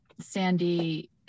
Sandy